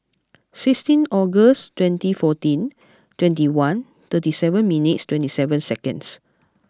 sixteen August twenty fourteen twenty one thirty seven minutes twenty seven seconds